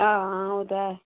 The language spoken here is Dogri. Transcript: हां ओह् ते एह्